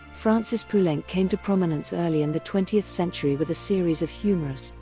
francis poulenc came to prominence early in the twentieth century with a series of humorous,